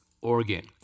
organ